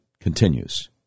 continues